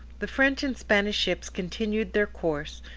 the french and spanish ships continued their course,